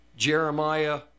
Jeremiah